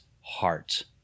heart